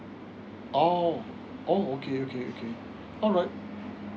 !ow! oh okay okay alright